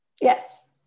Yes